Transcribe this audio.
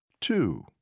Two